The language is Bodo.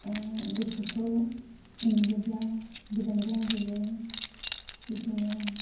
गोसोखौ नुयोब्ला गोजोनग्लाय होयो बिदिनो